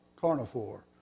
carnivore